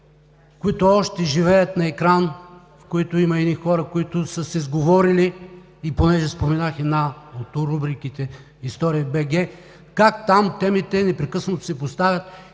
които още живеят на екран, в които има едни хора, които са се сговорили. Понеже споменах една от рубриките – „История.BG“, там темите непрекъснато се поставят